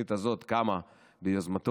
והתוכנית הזאת קמה ביוזמתו,